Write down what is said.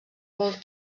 vols